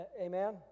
amen